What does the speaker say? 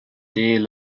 dès